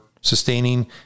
sustaining